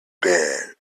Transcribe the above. been